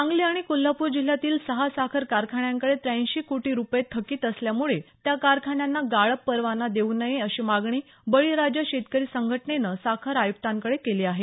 सांगली आणि कोल्हापूर जिल्ह्यातील सहा साखर कारखान्यांकडे त्याऐंशी कोटी रुपये थकित असल्यामुळे त्या कारखान्यांना गाळप परवाना देऊ नये अशी मागणी बळीराजा शेतकरी संघटनेनं साखर आयुक्तांकडे केली आहे